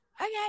okay